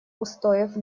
устоев